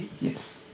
Yes